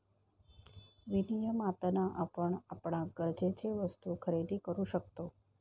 विनियमातना आपण आपणाक गरजेचे वस्तु खरेदी करु शकतव